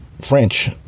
French